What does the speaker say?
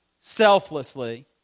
selflessly